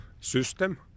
system